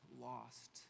lost